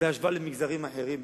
בהשוואה למגזרים אחרים,